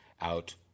out